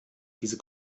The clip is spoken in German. diese